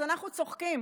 אז אנחנו צוחקים,